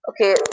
okay